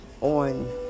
on